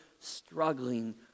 struggling